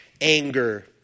anger